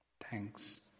thanks